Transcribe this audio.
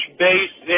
base